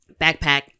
backpack